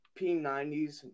P90s